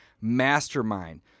mastermind